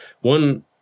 One